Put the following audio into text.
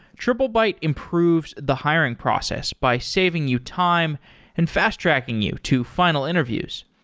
triplebyte improves the hiring process by saving you time and fast-tracking you to final interviews.